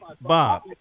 Bob